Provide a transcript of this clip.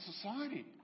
society